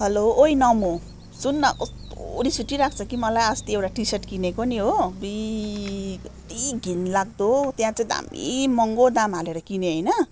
hello ओइ नमु सुन् न कस्तो रिस उठिरहेको छ कि मलाई अस्ति एउटा टी सर्ट किनेको नि हो अब्बुई यत्ति घिनलाग्दो त्यहाँ चाहिँ दामी महँगो दाम हालेर किने होइन